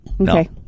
Okay